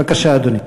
בבקשה, אדוני.